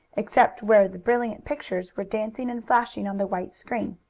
except where the brilliant pictures were dancing and flashing on the white screen.